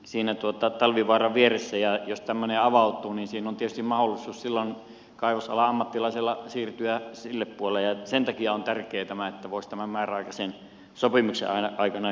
jos tämmöinen avautuu niin siinä on tietysti mahdollisuus silloin kaivosalan ammattilaisella siirtyä sille puolelle ja sen takia on tärkeää että voisi tämän määräaikaisen sopimuksen aikanakin irtaantua tästä